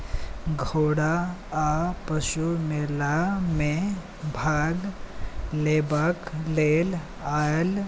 घोड़ा आओर पशु मेलामे भाग लेबाक लेल आएल